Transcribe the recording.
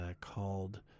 called